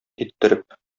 иттереп